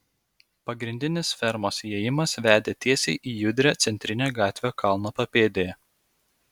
pagrindinis fermos įėjimas vedė tiesiai į judrią centrinę gatvę kalno papėdėje